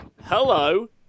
hello